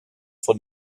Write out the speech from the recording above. von